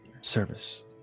service